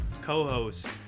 co-host